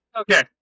Okay